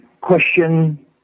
question